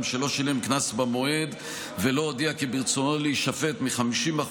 שלא שילם קנס במועד ולא הודיע כי ברצונו להישפט מ-50%,